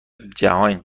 جهان